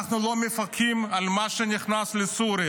אנחנו לא מפקחים על מה שנכנס לסוריה,